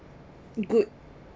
good